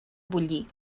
bullir